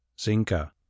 Zinka